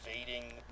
invading